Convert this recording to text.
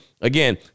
Again